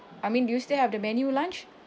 I mean do you still have the menu lunch